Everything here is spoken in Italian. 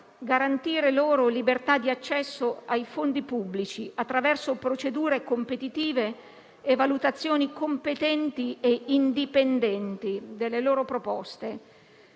una sola cosa: garantire loro libertà di accesso ai fondi pubblici attraverso procedure competitive e valutazioni competenti e indipendenti delle loro proposte.